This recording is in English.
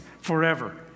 forever